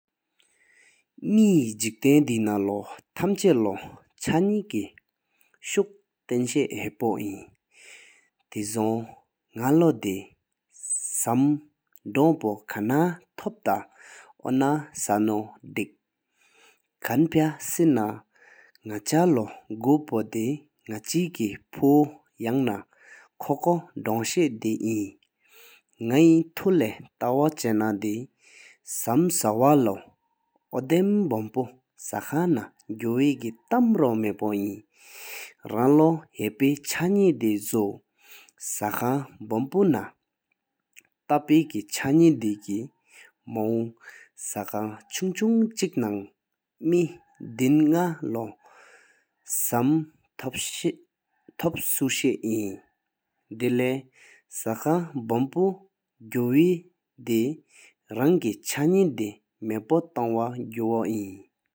མེ་ཧེ་ཇིཀ་བསྟན་དེ་ནང་ལོ་ཐམ་ཆ་ལོ་ཆ་ནེས་ཀེ་ཤུག་བསྟན་ཤ་ཧབ་པོ་ཨིན། དེ་ཧ་དེམ་ནག་ལོ་དེ་ སཾ་དོང་པོ་ག་ན་ཐོད་ཐའ་ཨོ་ན་ཧ་ནོ་བྲེཀ་ཤྭ་དེགས། ཁན་ཕ་སི་ནག་ཆ་ལོ་གོ་པོ་དེ་ ནག་ཅ་ཀེ་ཕུ་ཡང་ན་ཁོ་བོ་དོང་ཤེས་དེཨིན། ནག་ཧེ་ཐུ་ལེ་ཏ་ཝ་ཆ་ན་དེ་ སཾ་ཤ་བོལ་ལོ་ཨོ་དམབོམ་དུ་ཤ་ཁང་ན་དཀོ་སེ་ཏཾ་རོ་མ་པོ་ཨིན། རང་ལི་ཡ་པེ་ཆ་ནེ་དེ་ཇུ། ཤ་ཁང་བོམ་པུ་ན་ ཏ་ཕེ་པོ་ཚ་ནེ་དེ་ཀེ་མོ་ཤ་ཁང་དུང་དུང་ཆེོ་ན་མེ་ དྲན་ན་ལོ་ཤ་འཐོབ་གསུ་ཤ་ཨིན། ད་ལེ་ཤ་ཁང་བོམ་པུ་གུ་ཡོ་དེ་རང་ཀེ་ཆ་ནེ་དེ་མ་པོ་ཐོ་གོ་དེ་ཨིན།